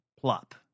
plop